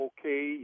Okay